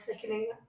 thickening